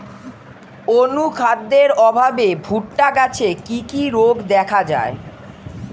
অনুখাদ্যের অভাবে ভুট্টা গাছে কি কি রোগ দেখা যায়?